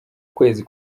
kwezi